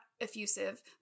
effusive